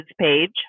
page